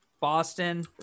Boston